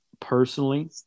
Personally